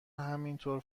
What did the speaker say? همینطور